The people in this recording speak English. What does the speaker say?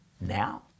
now